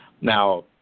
Now